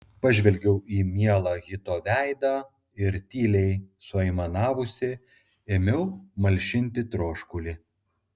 pažvelgiau į mielą hito veidą ir tyliai suaimanavusi ėmiau malšinti troškulį